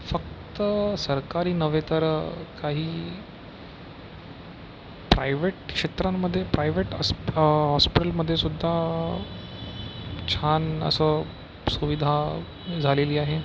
फक्त सरकारी नव्हे तर काही प्रायव्हेट क्षेत्रांमध्ये प्रायव्हेट हॉस्पिटलमध्येसुद्धा छान असं सुविधा झालेली आहे